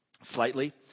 slightly